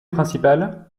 principale